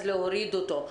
אז להוריד אותו.